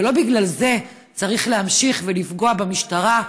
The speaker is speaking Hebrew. אבל לא בגלל זה צריך להמשיך ולפגוע במשטרה,